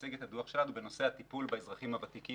נציג את הדוח שלנו בנושא הטיפול באזרחים הוותיקים